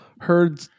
Heard